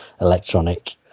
electronic